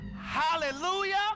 Hallelujah